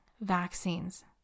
vaccines